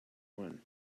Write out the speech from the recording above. one